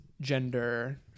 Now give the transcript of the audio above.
gender